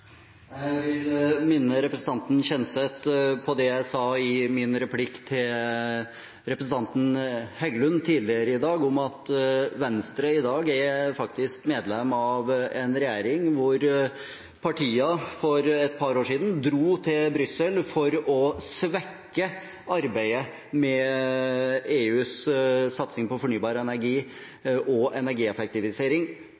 minne representanten Kjenseth på det jeg sa i min replikk til representanten Heggelund tidligere i dag, om at Venstre i dag faktisk er medlem av en regjering der partiene for et par år siden dro til Brussel for å svekke arbeidet med EUs satsing på fornybar